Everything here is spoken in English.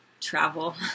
travel